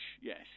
Yes